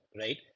Right